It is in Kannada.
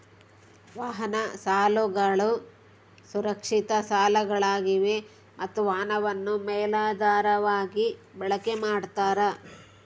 ವಾಹನ ಸಾಲಗಳು ಸುರಕ್ಷಿತ ಸಾಲಗಳಾಗಿವೆ ಮತ್ತ ವಾಹನವನ್ನು ಮೇಲಾಧಾರವಾಗಿ ಬಳಕೆ ಮಾಡ್ತಾರ